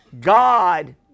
God